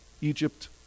Egypt